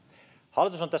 hallitus on